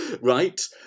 right